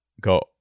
go